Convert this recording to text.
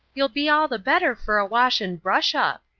you'll be all the better for a wash and brush up.